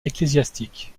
ecclésiastique